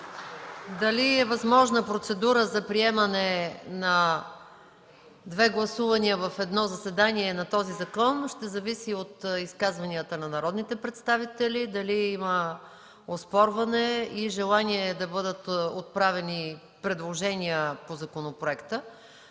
Дали е възможна процедура за приемане на две гласувания в едно заседание на този закон, ще зависи от изказванията на народните представители – дали има оспорвания и желания да бъдат отправени предложения по законопроекта.